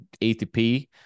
ATP